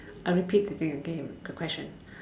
I repeat again okay the question